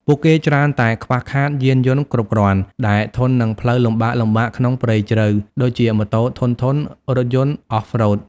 ពួកគេច្រើនតែខ្វះខាត យានយន្តគ្រប់គ្រាន់ ដែលធន់នឹងផ្លូវលំបាកៗក្នុងព្រៃជ្រៅ ដូចជាម៉ូតូធន់ៗ រថយន្ត Off road។